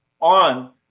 on